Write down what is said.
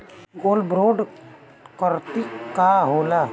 Gold bond करतिं का होला?